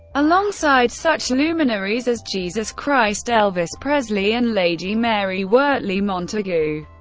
alongside such luminaries as jesus christ, elvis presley and lady mary wortley montagu.